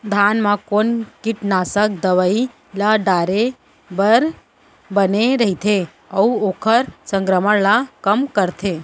धान म कोन कीटनाशक दवई ल डाले बर बने रइथे, अऊ ओखर संक्रमण ल कम करथें?